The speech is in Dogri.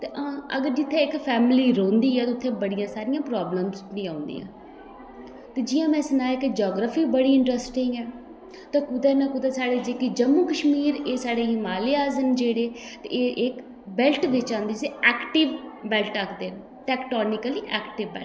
जित्थे इक्क बड्डी सारी फैमिली रौहंदी ऐ ते उत्थें प्रॉब्लमस बी औंदियां न ते जियां की में सनाया की जियोग्रॉफी बड़ी इंटरस्टिंग ऐ पर कुदै ना कुदै एह् जम्मू कशमीर एह् नायाब न साढ़े बेस्ट बिच्चा न जिसी एक्टिव बैल्ट आक्खदे न टैक्टोनिकल एक्टिवेट